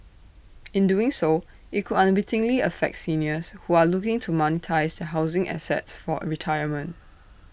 in doing so IT could unwittingly affect seniors who are looking to monetise housing assets for retirement